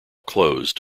closed